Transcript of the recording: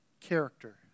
character